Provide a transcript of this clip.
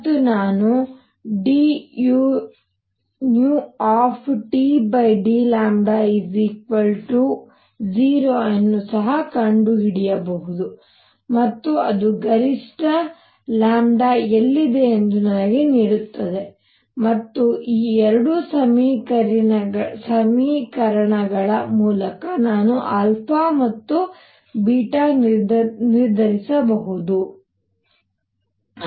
ಮತ್ತು ನಾನು dudλ0 ಅನ್ನು ಸಹ ಕಂಡುಹಿಡಿಯಬಹುದು ಮತ್ತು ಅದು ಗರಿಷ್ಠ λ ಎಲ್ಲಿದೆ ಎಂದು ನನಗೆ ನೀಡುತ್ತದೆ ಮತ್ತು ಈ ಎರಡು ಸಮೀಕರಣಗಳ ಮೂಲಕ ನಾನು ಮತ್ತು ನಿರ್ಧರಿಸಬಹುದು ಮತ್ತು